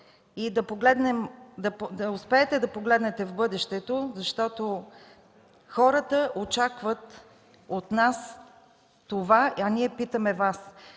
и да успеете да погледнете в бъдещето, защото хората очакват от нас това, а ние питаме Вас.